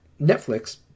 Netflix